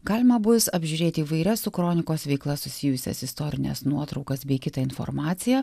galima bus apžiūrėti įvairias su kronikos veikla susijusias istorines nuotraukas bei kitą informaciją